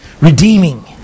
Redeeming